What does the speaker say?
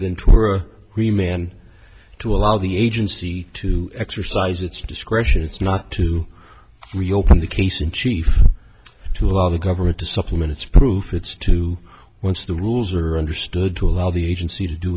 ventura three man to allow the agency to exercise its discretion it's not to reopen the case in chief to allow the government to supplement its proof it's to once the rules are understood to allow the agency to do